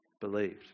believed